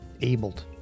abled